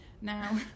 Now